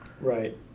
right